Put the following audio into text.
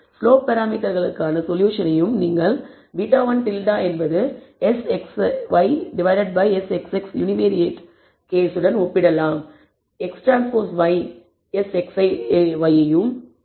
slope பராமீட்டர்களுக்கான சொல்யூஷனையும் நீங்கள் β̂1 என்பது SXY SXX யுனிவேரியேட் கேஸுடன் ஒப்பிடலாம்